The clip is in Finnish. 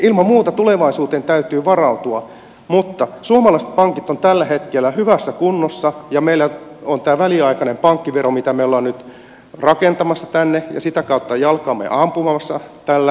ilman muuta tulevaisuuteen täytyy varautua mutta suomalaiset pankit ovat tällä hetkellä hyvässä kunnossa ja meillä on tämä väliaikainen pankkivero mitä me olemme nyt rakentamassa tänne ja sitä kautta jalkaamme ampumassa tällä